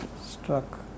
struck